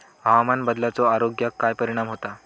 हवामान बदलाचो आरोग्याक काय परिणाम होतत?